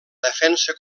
defensa